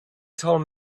told